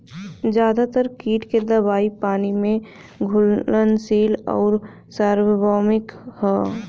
ज्यादातर कीट के दवाई पानी में घुलनशील आउर सार्वभौमिक ह?